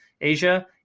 Asia